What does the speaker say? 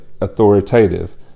authoritative